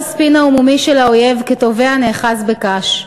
ספין ערמומי של האויב כטובע הנאחז בקש.